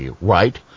right